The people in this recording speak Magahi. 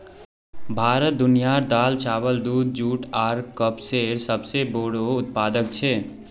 भारत दुनियार दाल, चावल, दूध, जुट आर कपसेर सबसे बोड़ो उत्पादक छे